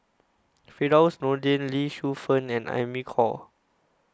Firdaus Nordin Lee Shu Fen and Amy Khor